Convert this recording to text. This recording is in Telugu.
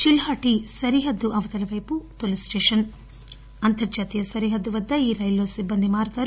చిల్ఖాటీ సరిహద్దు అవతల వైపు తొలి స్టేషన్ అంతర్జాతీయ సరిహద్దు వద్ద రైలు సిబ్బంది మారతారు